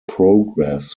progress